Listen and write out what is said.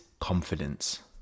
confidence